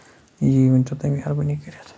یہِ ؤنۍتو تُہۍ مہربٲنی کٔرِتھ